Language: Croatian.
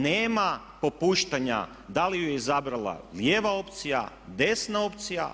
Nema popuštanja, da li ju je izabrala lijeva opcija, desna opcija.